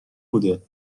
بوده